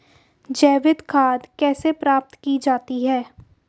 जैविक खाद कैसे प्राप्त की जाती है?